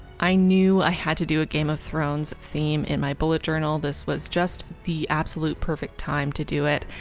i knew i had to do a game of thrones theme in my bullet journal this was just the absolute perfect time to do it,